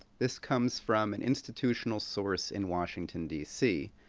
this comes from an institutional source in washington, d c,